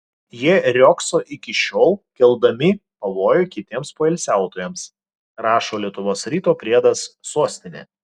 jie riogso iki šiol keldami pavojų kitiems poilsiautojams rašo lietuvos ryto priedas sostinė